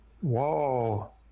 Whoa